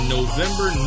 November